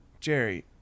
Jerry